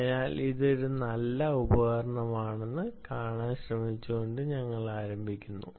അതിനാൽ ഇത് ഒരു നല്ല ഉപകരണമാണെന്ന് കാണാൻ ശ്രമിക്കാം